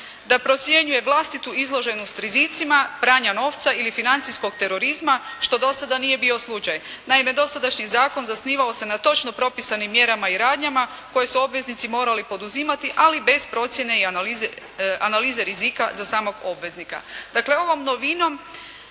da procjenjuje vlastitu izloženost rizicima pranja novca ili financijskog terorizma, što do sada nije bio slučaj. Naime, dosadašnji zakon zasnivao se na točno propisanim mjerama i radnjama koje su obveznici morali poduzimati, ali bez procjene i analize rizika za samog obveznika.